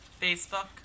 Facebook